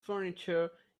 furniture